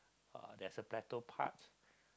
uh there's a plateau part